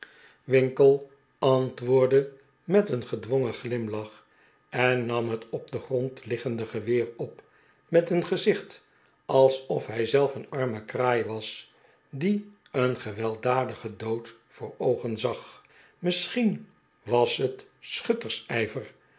winkle antwoordde met een gedwongen glimlach en nam het op den grond liggen de geweer op met een gezicht alsof hij zelf een arme kraai was die een gewelddadigen dood voor oogen zag misschien was het